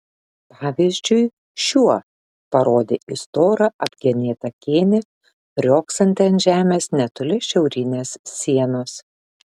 pavyzdžiui šiuo parodė į storą apgenėtą kėnį riogsantį ant žemės netoli šiaurinės sienos